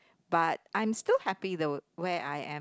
but I'm still happy though where I am